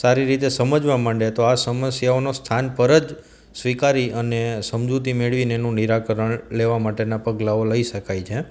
સારી રીતે સમજવા માંડે તો આ સમસ્યાઓનો સ્થાન પર જ સ્વીકારી અને સમજૂતી મેળવીને એનું નિરાકરણ લેવા માટેનાં પગલાંઓ લઈ શકાય છે